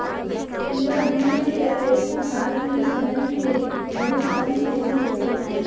पूरा दुनिया के अपेक्षा भारत में सनई के बहुत कम खेती होखेला